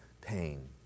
pain